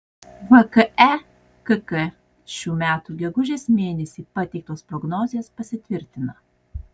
vkekk šių metų gegužės mėnesį pateiktos prognozės pasitvirtina